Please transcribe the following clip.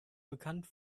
bekannt